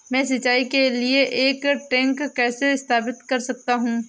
मैं सिंचाई के लिए एक टैंक कैसे स्थापित कर सकता हूँ?